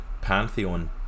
pantheon